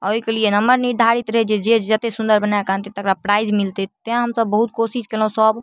एहिके लिए नम्मर निर्धारित रहै जे जतेक सुन्दर बनाकऽ आनतै तकरा प्राइज मिलतै तेँ हमसभ बहुत कोशिश कएलहुँ सभ